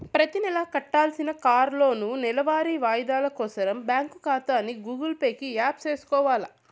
ప్రతినెలా కట్టాల్సిన కార్లోనూ, నెలవారీ వాయిదాలు కోసరం బ్యాంకు కాతాని గూగుల్ పే కి యాప్ సేసుకొవాల